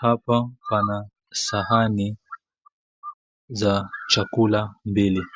Hapa pana sahani za chakula mbili.